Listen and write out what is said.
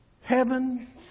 heaven